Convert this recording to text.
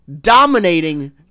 dominating